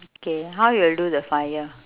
okay how you will do the fire